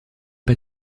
pas